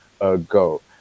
ago